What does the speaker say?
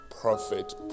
prophet